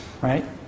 Right